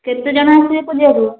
କେତେଜଣ ଆସିବେ ପୂଜାକୁ